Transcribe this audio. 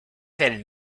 del